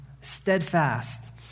Steadfast